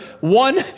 one